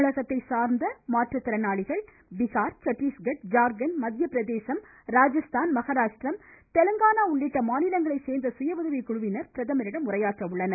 தமிழகத்தை சார்ந்த மாற்றுத்திறனாளிகள் பீஹார் சட்டீஸ்கட் ஜார்கண்ட் மத்தியபிரதேசம் ராஜஸ்தான் மகாராஷட்ரம் தெலுங்கானா உள்ளிட்ட மாநிலங்களை சேர்ந்த சுயஉதவி குழுவினர் பிரதமரிடம் உரையாற்ற உள்ளனர்